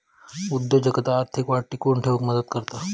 उद्योजकता आर्थिक वाढ टिकवून ठेउक मदत करता